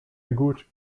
good